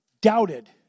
doubted